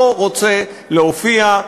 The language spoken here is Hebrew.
לא רוצה להופיע,